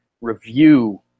review